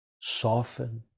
soften